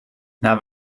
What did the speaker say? naar